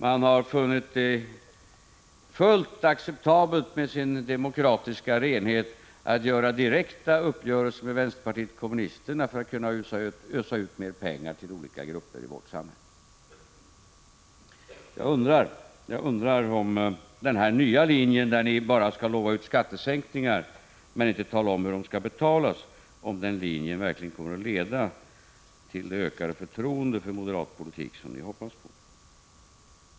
Utifrån sina krav på demokratisk renhet har moderaterna funnit det fullt acceptabelt att träffa direkta uppgörelser med vänsterpartiet kommunisterna för att på det sättet kunna ösa ut mer pengar till olika grupper i vårt samhälle. Jag undrar om er nya linje — att utlova skattesänkningar utan att tala om hur dessa skall betalas —- verkligen kommer att leda till det ökade förtroende för moderat politik som ni hoppas på.